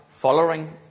Following